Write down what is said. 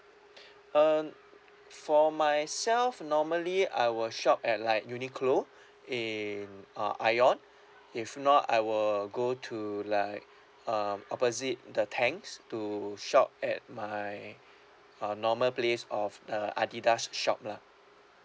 um for myself normally I will shop at like uniqlo in uh ION if not I will go to like um opposite the tangs to shop at my uh normal place of the adidas shop lah